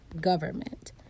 government